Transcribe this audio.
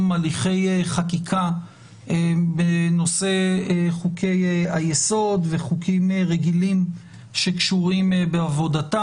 הליכי חקיקה בנושא חוקי-היסוד וחוקים רגילים שקשורים בעבודתה.